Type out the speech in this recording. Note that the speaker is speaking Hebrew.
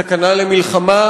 סכנה של מלחמה,